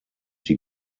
die